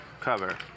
Cover